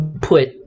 put